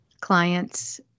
clients